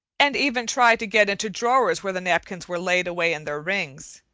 and even try to get into drawers where the napkins were laid away in their rings.